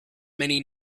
many